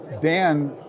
Dan